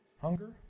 Hunger